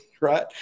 right